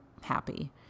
happy